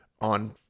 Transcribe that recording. on